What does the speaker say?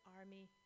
army